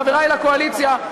חברי לקואליציה,